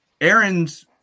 Aaron's